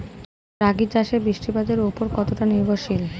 রাগী চাষ বৃষ্টিপাতের ওপর কতটা নির্ভরশীল?